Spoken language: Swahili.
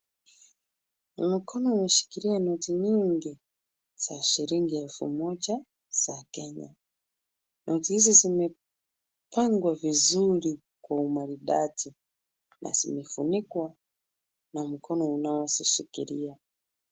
Mkono umeshikilia noti mingi za shilingi elfu moja za Kenya. Noti hizi zimepangwa vizuri kwa umaridadi. Na zimefunikwa na mkono unaozishikilia.